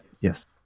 Yes